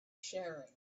sharing